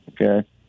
Okay